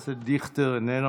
הכנסת דיכטר, איננו,